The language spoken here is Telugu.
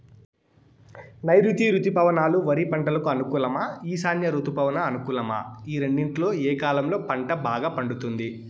నైరుతి రుతుపవనాలు వరి పంటకు అనుకూలమా ఈశాన్య రుతుపవన అనుకూలమా ఈ రెండింటిలో ఏ కాలంలో పంట బాగా పండుతుంది?